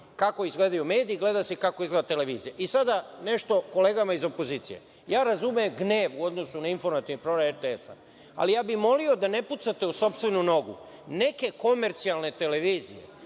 kako izgledaju mediji, gleda se i kako izgleda televizija. Sada nešto kolegama iz opozicije. Razumem gnev u odnosu na informativni program RTS-a, ali molio bih da ne pucate u sopstvenu nogu. Neke komercijalne televizije